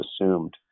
assumed